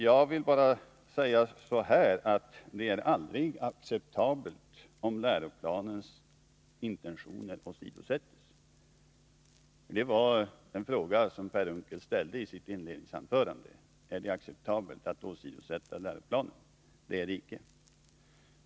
Jag vill bara svara att det aldrig är acceptabelt att läroplanens intentioner åsidosätts — Per Unckel frågade ju i sitt inledningsanförande om det är acceptabelt att åsidosätta läroplanen. Det är det icke.